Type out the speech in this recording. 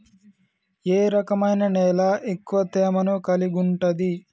ఏ రకమైన నేల ఎక్కువ తేమను కలిగుంటది?